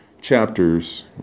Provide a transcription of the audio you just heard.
chapters